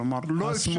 כלומר לא אפשרו לנו.